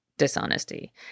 dishonesty